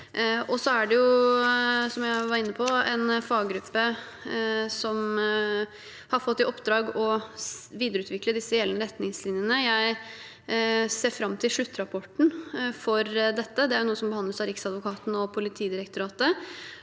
var inne på, en faggruppe som har fått i oppdrag å videreutvikle de gjeldende retningslinjene. Jeg ser fram til sluttrapporten, for dette er noe som behandles av Riksadvokaten og Politidirektoratet.